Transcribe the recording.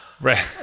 Right